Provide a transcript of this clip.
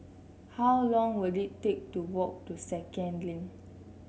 how long will it take to walk to Second Link